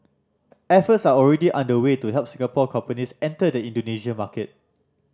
efforts are already underway to help Singapore companies enter the Indonesia market